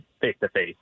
face-to-face